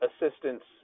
assistance